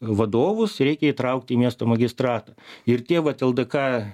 vadovus reikia įtraukti į miesto magistratą ir tie vat ldk